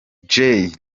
jay